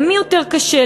למי יותר קשה,